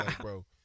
bro